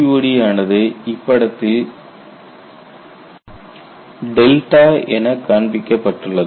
CTOD ஆனது இப்படத்தில் என காண்பிக்கப்பட்டுள்ளது